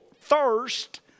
thirst